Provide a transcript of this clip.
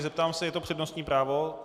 Zeptám se, je to přednostní právo?